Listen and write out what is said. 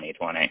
2020